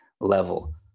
level